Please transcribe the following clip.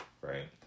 right